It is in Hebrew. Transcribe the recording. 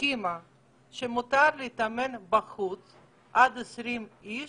הסכימה שמותר לאמן בחוץ עד 20 איש,